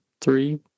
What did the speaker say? three